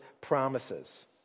promises